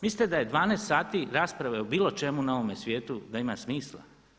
Mislite da je 12 sati rasprave o bilo čemu na ovome svijetu, da ima smisla?